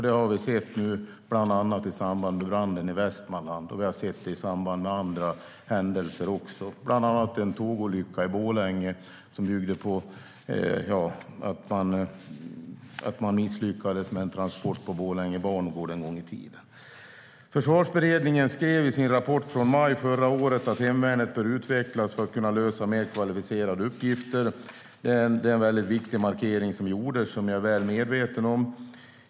Det har vi sett bland annat i samband med branden i Västmanland och även i samband med andra händelser, bland annat en tågolycka i Borlänge en gång i tiden som orsakades av att man misslyckades med en transport på Borlänge bangård. Försvarsberedningen skrev i sin rapport från maj förra året att hemvärnet bör utvecklas för att kunna lösa mer kvalificerade uppgifter. Det är en väldigt viktig markering som gjordes och som jag är väl medveten om.